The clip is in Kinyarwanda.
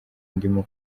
ndimo